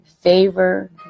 favor